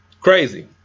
crazy